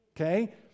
Okay